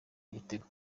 igitego